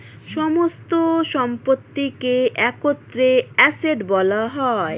সমস্ত সম্পত্তিকে একত্রে অ্যাসেট্ বলা হয়